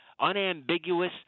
unambiguous